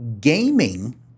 gaming